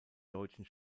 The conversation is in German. deutschen